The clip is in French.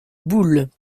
boules